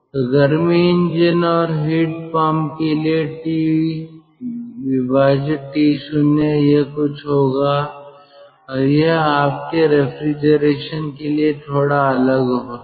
तो गर्मी इंजन और हीट पंप के लिए TT0 यह कुछ होगा और यह आपके रेफ्रिजरेशन के लिए थोड़ा अलग होगा